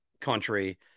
country